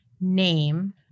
name